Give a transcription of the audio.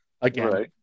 again